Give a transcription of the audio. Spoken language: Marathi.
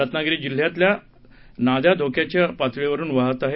रत्नागिरी जिल्ह्यातल्या नद्याधोक्याच्या पातळीवरून वाहत आहेत